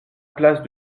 place